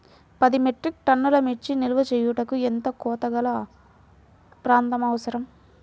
పది మెట్రిక్ టన్నుల మిర్చి నిల్వ చేయుటకు ఎంత కోలతగల ప్రాంతం అవసరం?